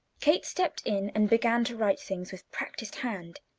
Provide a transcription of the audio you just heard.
kate stepped in and began to right things with practised hand.